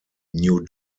new